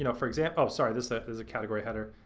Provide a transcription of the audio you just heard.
you know for example, oh sorry, this is a category header,